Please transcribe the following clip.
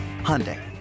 Hyundai